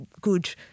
good